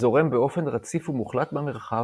וזורם באופן רציף ומוחלט במרחב,